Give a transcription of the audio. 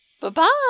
Bye-bye